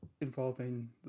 involving